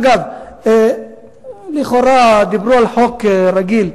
אגב, לכאורה דיברו על חוק רגיל.